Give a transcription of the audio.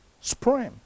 supreme